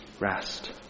rest